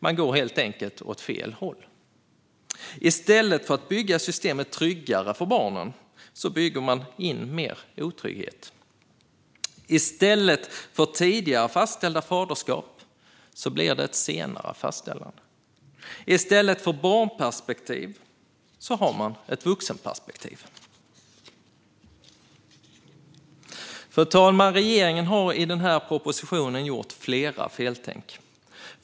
Man går helt enkelt åt fel håll. I stället för att bygga systemet tryggare för barnen bygger man in mer otrygghet. I stället för tidigare fastställda faderskap blir det ett senare fastställande. I stället för barnperspektiv har man ett vuxenperspektiv. Fru talman! Regeringen har i den här propositionen gjort flera feltänk.